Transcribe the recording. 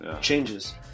changes